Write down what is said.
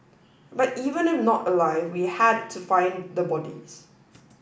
but even if not alive we had to find the bodies